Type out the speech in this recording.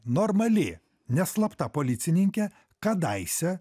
normali ne slapta policininkė kadaise